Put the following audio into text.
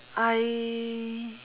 I